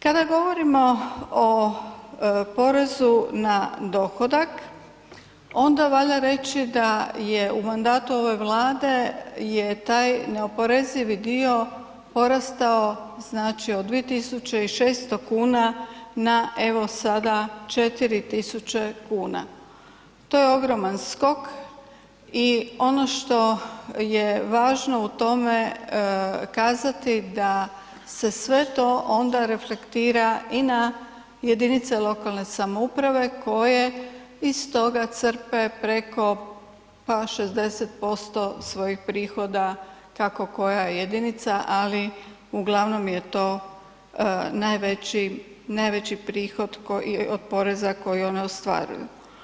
Kada govorimo o porezu na dohodak onda valja reći da je u mandatu ove mlade je taj neoporezivi dio porastao znači od 2.600,00 kn na evo sada 4.000,00 kn, to je ogroman skok i ono što je važno u tome kazati da se sve to onda reflektira i na jedinice lokalne samouprave koje iz toga crpe preko pa 60% svojih prihoda kako koja jedinica, ali uglavnom je to najveći, najveći prihod od poreza koje one ostvaruju.